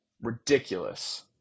Ridiculous